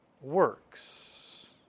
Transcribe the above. works